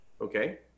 Okay